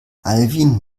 alwin